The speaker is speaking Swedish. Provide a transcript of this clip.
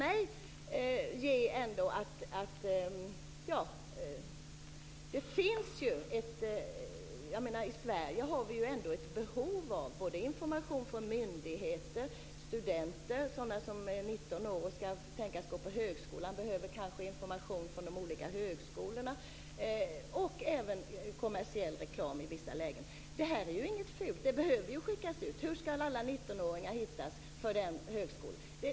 I Sverige har vi ändå ett behov av information från myndigheter. Studenter som är 19 år och kan tänkas gå på högskolan kanske behöver information från de olika högskolorna. Vi behöver också kommersiell reklam i vissa lägen. Det här är inget fult. Det behöver skickas ut. Hur skall alla 19-åringar hittas av högskolorna?